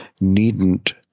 needn't